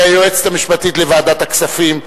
היועצת המשפטית לוועדת הכספים,